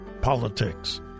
politics